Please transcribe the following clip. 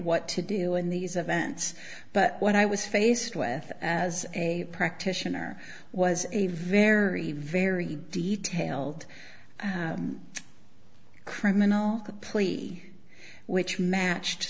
what to do in these events but what i was faced with as a practitioner was a very very detailed criminal plea which matched